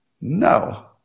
No